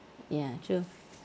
ya true